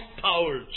powers